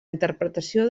interpretació